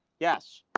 yes.